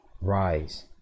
rise